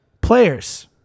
Players